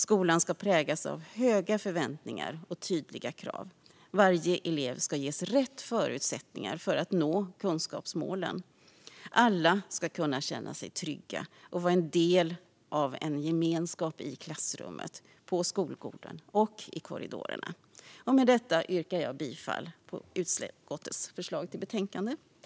Skolan ska präglas av höga förväntningar och tydliga krav. Varje elev ska ges rätt förutsättningar att nå kunskapsmålen. Alla ska kunna känna sig trygga och vara en del i en gemenskap i klassrummet, på skolgården och i korridorerna." Med detta yrkar jag bifall till utskottets förslag i betänkandet.